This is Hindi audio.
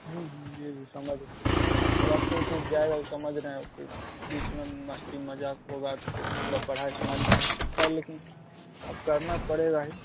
जी जी समझ रहें थोड़ा छूट ऊट जाएगा वह समझ रहें उसके बीच में मस्ती मज़ाक होगा फ़िर थोड़ा पढ़ाई से मन भी हट सकता है लेकिन अब करना पड़ेगा ही